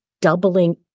Doubling